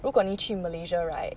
如果你去 malaysia right